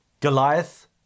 Goliath